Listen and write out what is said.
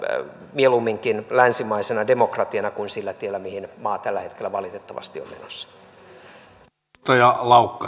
mieluumminkin länsimaisena demokratiana kuin sillä tiellä mihin maa tällä hetkellä valitettavasti on menossa